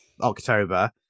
october